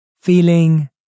feeling